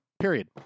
Period